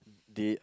they